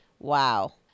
wow